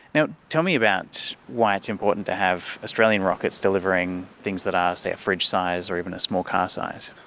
you know tell me about why it's important to have australian rockets delivering things that are, say, a fridge size or even a small car size?